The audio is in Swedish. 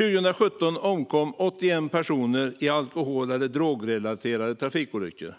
År 2017 omkom 81 personer i alkohol eller drogrelaterade trafikolyckor.